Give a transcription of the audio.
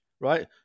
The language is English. right